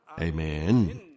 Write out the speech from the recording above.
Amen